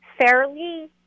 fairly